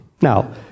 now